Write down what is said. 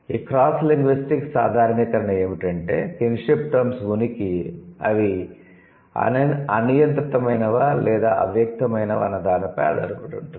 ఈ క్రాస్లింగ్విస్టిక్ సాధారణీకరణ ఏమిటంటే 'కిన్షిప్ టర్మ్స్' ఉనికి అవి అనియంత్రితమైనవా లేదా అవ్యక్తమైనవా అన్న దానిపై ఆధారపడి ఉంటుంది